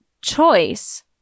choice